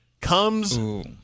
comes